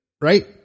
right